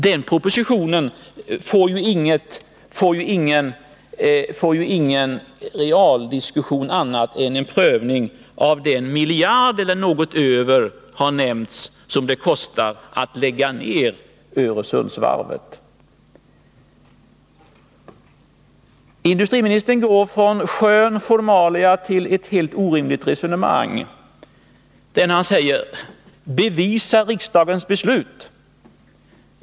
Den propositionen innebär ingen realbehandling annat än en prövning av den miljard eller något däröver som det har nämnts att en nedläggning av Öresundsvarvet kostar. Industriministern går från sköra formalia till ett helt orimligt resonemang. Det är när han säger: Bevisa riksdagens beslut!